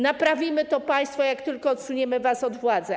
Naprawimy to państwo, jak tylko odsuniemy was od władzy.